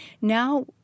now